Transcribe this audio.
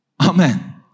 Amen